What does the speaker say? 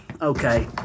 okay